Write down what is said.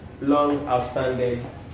long-outstanding